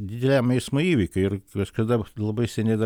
dideliam eismo įvykiui ir kažkada labai seniai dar